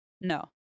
No